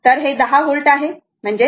तर ते 10 व्होल्ट आहे